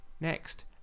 Next